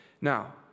Now